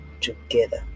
together